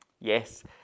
Yes